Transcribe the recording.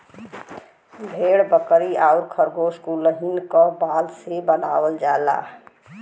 भेड़ बकरी आउर खरगोस कुलहीन क बाल से बनावल जाला